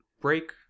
break